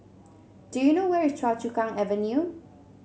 do you know where is Choa Chu Kang Avenue